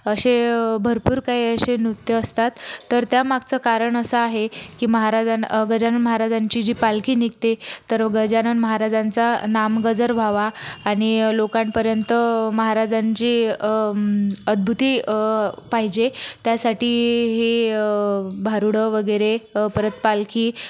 असे भरपूर काही असे नृत्य असतात तर त्या मागचं कारण असं आहे की महाराजा गजानन महाराजांची जी पालखी निघते तर गजानन महाराजांचा नाम गजर व्हावा आणि लोकांपर्यंत महाराजांची अद्भुती पाहिजे त्यासाठी हे भारुडं वगैरे परत पालखी